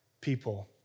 people